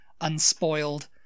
unspoiled